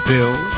Bill